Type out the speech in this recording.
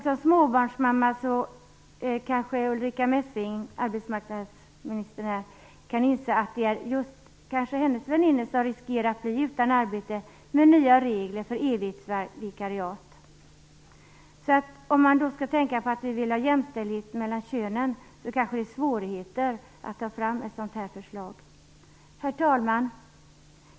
Som småbarnsmamma kanske statsrådet Ulrica Messing kan inse att det kan vara just hennes väninnor som riskerar att bli utan arbete med nya regler för evighetsvikariat. Skall man tänka på att vi vill ha jämställdhet mellan könen blir det kanske svårt att ta fram ett sådant här förslag. Herr talman!